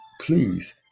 please